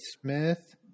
Smith